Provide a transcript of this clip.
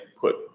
put